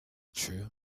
true